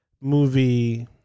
movie